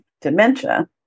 dementia